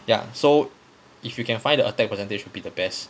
ya so if you can find the attack percentage would be the best